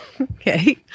okay